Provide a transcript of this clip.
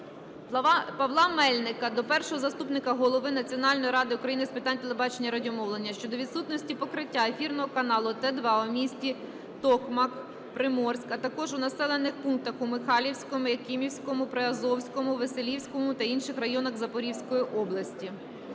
Павла Мельника до першого заступника Голови Національної ради України з питань телебачення і радіомовлення щодо відсутності покриття ефірного сигналу Т2 у містах Токмак, Приморськ, а також у населених пунктах у Михайлівському, Якимівському, Приазовському, Веселівському та інших районах Запорізької області.